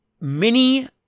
mini